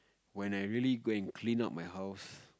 when I really go and clean up my house